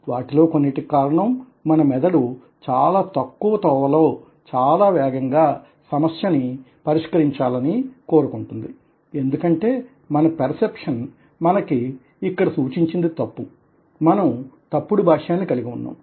వాటిలో కొన్నిటికి కారణం మన మెదడు చాలా తక్కువతోవ లో చాలా వేగంగా సమస్యని పరిష్కరించాలని కోరుకుంటుంది ఎందుకంటే మన పెర్సెప్షన్ మనకి ఇక్కడ సూచించినది తప్పు మనం తప్పుడు భాష్యాన్ని కలిగి ఉన్నాం